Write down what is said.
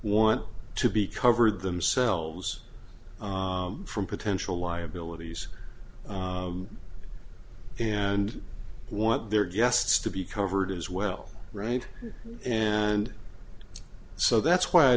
want to be cover themselves from potential liabilities and want their guests to be covered as well right and so that's why i